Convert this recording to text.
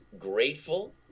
grateful